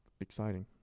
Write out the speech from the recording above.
Exciting